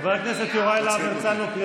חבר הכנסת יוראי להב הרצנו, קריאה ראשונה.